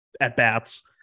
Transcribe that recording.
at-bats